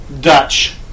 Dutch